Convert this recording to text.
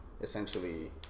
Essentially